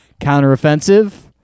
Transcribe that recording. counteroffensive